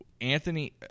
Anthony